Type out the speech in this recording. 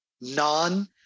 non